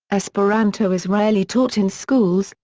esperanto is rarely taught in schools,